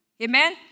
Amen